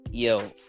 Yo